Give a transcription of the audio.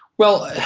well,